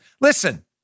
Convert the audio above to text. listen